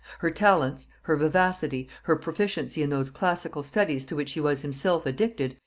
her talents, her vivacity, her proficiency in those classical studies to which he was himself addicted,